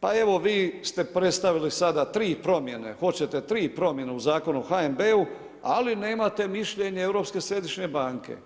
pa evo vi ste postavili sada tri promjene, hoćete tri promjene u Zakonu o HNB-u ali nemate mišljenje Europske središnje banke.